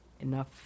enough